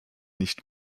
nicht